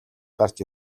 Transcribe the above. гарч